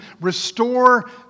restore